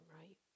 right